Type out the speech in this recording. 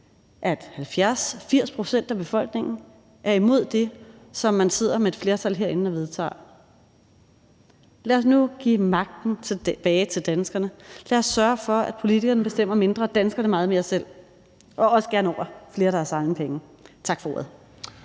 pct., 80 pct. af befolkningen var imod det, som man sad med et flertal herinde og vedtog. Lad os nu give magten tilbage til danskerne; lad os sørge for, at politikerne bestemmer mindre og danskerne meget mere selv – og også gerne over flere af deres egne penge. Tak for ordet.